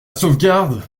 sauvegarde